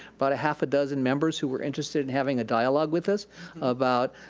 but a half a dozen members who were interested in having a dialogue with us about